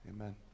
Amen